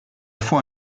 fois